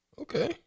Okay